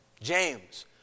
James